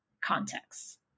contexts